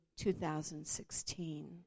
2016